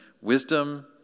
wisdom